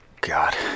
god